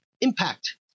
impact